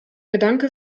gedanke